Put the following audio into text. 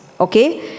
Okay